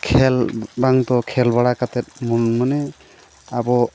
ᱠᱷᱮᱞ ᱵᱟᱝ ᱠᱚ ᱠᱷᱮᱞ ᱵᱟᱲᱟ ᱠᱟᱛᱮᱫ ᱢᱟᱱᱮ ᱟᱵᱚ